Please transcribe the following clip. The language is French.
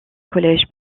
collège